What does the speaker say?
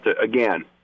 Again